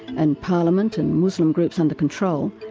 and parliament and muslim groups under control,